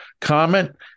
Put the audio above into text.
comment